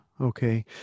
okay